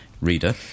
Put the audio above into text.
reader